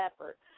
effort